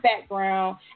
background